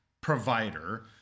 provider